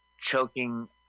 choking